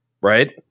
Right